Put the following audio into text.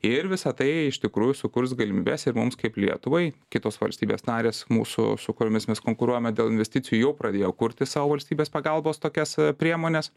ir visa tai iš tikrųjų sukurs galimybes ir mums kaip lietuvai kitos valstybės narės mūsų su kuriomis mes konkuruojame dėl investicijų jau pradėjo kurti savo valstybės pagalbos tokias priemones